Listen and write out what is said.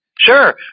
Sure